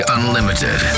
Unlimited